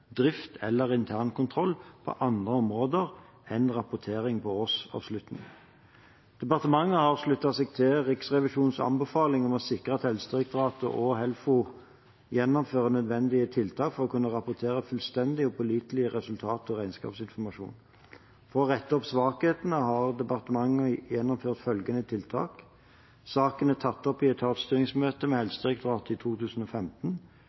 drift eller internkontroll på andre områder enn rapportering ved årsavslutningen. Departementet har sluttet seg til Riksrevisjonens anbefaling om å sikre at Helsedirektoratet og Helfo gjennomfører nødvendige tiltak for å kunne rapportere fullstendige og pålitelige resultater og regnskapsinformasjon. For å rette opp svakhetene har departementet gjennomført følgende tiltak: Saken er tatt opp i etatsstyringsmøte med Helsedirektoratet i 2015.